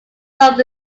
both